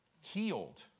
healed